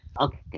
Okay